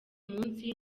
munsi